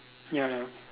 ya ya